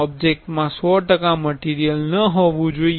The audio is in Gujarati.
ઓબ્જેક્ટમા 100 ટકા મટીરિયલ ન હોવુ જોઈએ